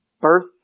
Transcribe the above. birth